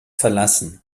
verlassen